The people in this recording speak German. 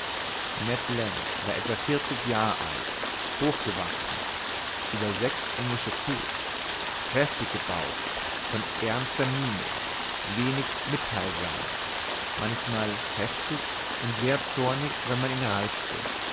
ned land war etwa vierzig jahr alt hochgewachsen über sechs englische fuß kräftig gebaut von ernster miene wenig mittheilsam manchmal heftig und sehr zornig wenn man ihn reizte